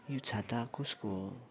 यो छाता कसको हो